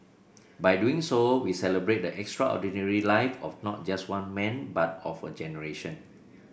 by doing so we celebrate the extraordinary life of not just one man but of a generation